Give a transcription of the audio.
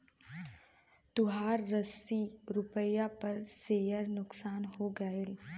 तोहार अस्सी रुपैया पर सेअर नुकसान हो गइल